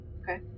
Okay